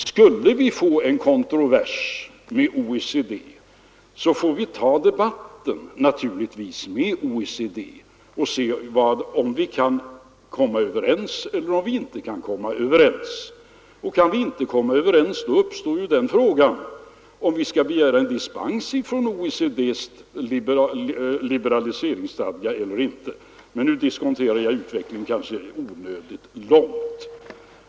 Skulle vi få en kontrovers med OECD får vi naturligtvis ta debatten med OECD och se om vi kan komma överens eller om vi inte kan komma överens. Kan vi inte komma överens uppstår frågan om vi skall begära dispens från OECD: liberaliseringsstadga eller inte. Men nu kanske jag diskonterar utvecklingen onödigt långt.